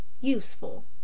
useful